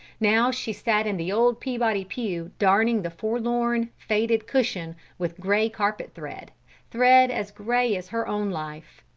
now she sat in the old peabody pew darning the forlorn, faded cushion with grey carpet-thread thread as grey as her own life.